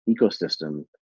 ecosystem